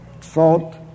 Salt